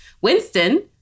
winston